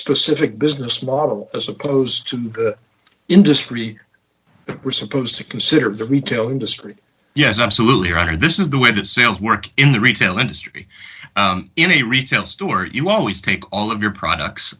specific business model as opposed to the industry we're supposed to consider that we kill industry yes absolutely or this is the way that sales work in the retail industry in a retail store you always take all of your products